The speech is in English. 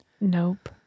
Nope